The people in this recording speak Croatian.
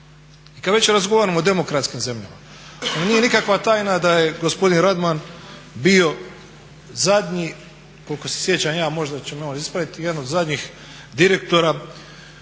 I kad već razgovaramo o demokratskim zemljama onda nije nikakva tajna da je gospodin Radman bio zadnji koliko se sjećam ja, možda će me on ispraviti, jedan od zadnjih direktora